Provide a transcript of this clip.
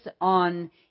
on